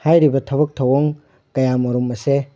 ꯍꯥꯏꯔꯤꯕ ꯊꯕꯛ ꯊꯧꯔꯝ ꯀꯌꯥ ꯑꯃꯔꯣꯝ ꯑꯁꯦ